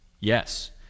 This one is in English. Yes